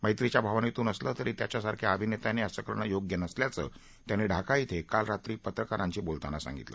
मैत्रीच्या भावनेतून असलं तरी त्याच्यासारख्या अभिनेत्याने असं करणं योग्य नसल्याचं त्यांनी ढाका क्रि काल रात्री पत्रकारांशी बोलताना म्हटल